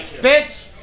bitch